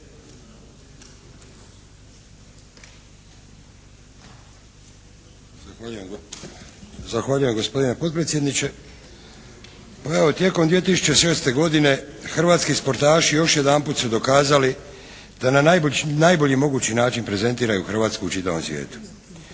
Zahvaljujem gospodine potpredsjedniče. Pa evo, tijekom 2006. godine hrvatski sportaški još jedanput su dokazali da na najbolji mogući način prezentiraju Hrvatsku u čitavom svijetu.